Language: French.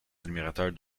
admirateurs